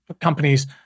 companies